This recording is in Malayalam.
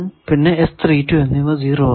പിന്നെ എന്നിവ 0 ആണ്